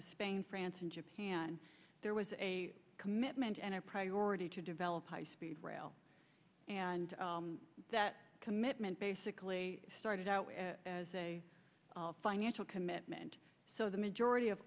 with spain france and japan there was a commitment and a priority to develop high speed rail and that commitment basically started out as a financial commitment so the majority of